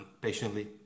patiently